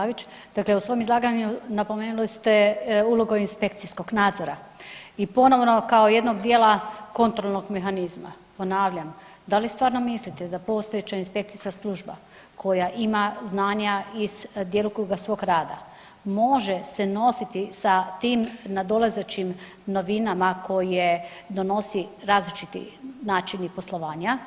Poštovani gospodin Pavić, dakle u svom izlaganju napomenuli ste ulogu inspekcijskog nadzora i ponovno kao jednog dijela kontrolnog mehanizma, ponavljam da li stvarno mislite da postojeća inspekcijska služba koja ima znanja iz djelokruga svog rada može se nositi sa tim nadolazećim novinama koje donosi različiti načini poslovanja.